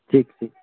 ठीक ठीक